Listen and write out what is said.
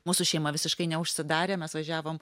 mūsų šeima visiškai neužsidarė mes važiavom